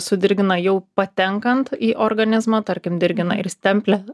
sudirgina jau patenkant į organizmą tarkim dirgina ir stemplę